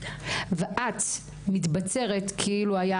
ואת מתבצרת כאילו היה